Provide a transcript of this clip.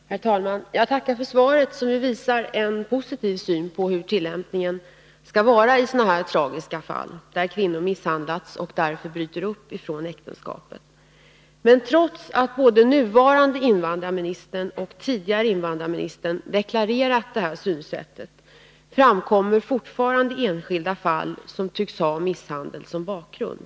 Herr talman! Jag tackar för svaret, som visar en positiv syn på hur tillämpningen skall vara i sådana här tragiska fall där kvinnor har misshandlats och därför bryter upp från äktenskapet. Trots att både den nuvarande och den tidigare invandrarministern har deklarerat detta synsätt, framkommer det fortfarande enskilda fall som tycks ha misshandel som bakgrund.